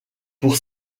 pour